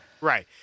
Right